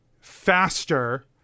faster